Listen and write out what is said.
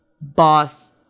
boss